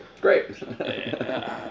Great